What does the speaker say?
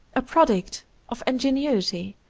a product of ingenuity,